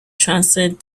transcend